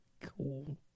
Cool